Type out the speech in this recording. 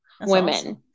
women